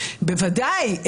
בוודאי,